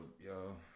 y'all